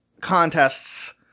contests